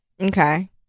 Okay